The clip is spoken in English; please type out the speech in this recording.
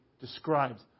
describes